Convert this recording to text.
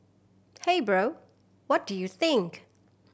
hey bro what do you think